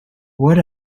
what